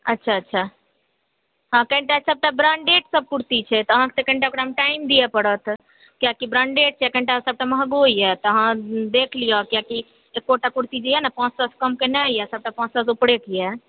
अच्छा अच्छा हँ किया तऽ सबटा ब्रांडेड कुर्ती छै तऽ अहाँके कनिटा अहाँकेॅं टाइम दिअ पड़त कियाकि ब्रांडेड छै कनिटा सबटा महगो या तऽ अहाँ देख लिअ कियाकि एकोटा कुर्ती जे यऽ ने पाँच सओ से कमके नहि यऽ सबटा पाँच सओ से उपरेके यऽ